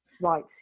right